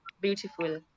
beautiful